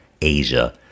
asia